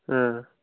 اۭں